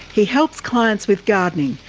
he helps clients with gardening,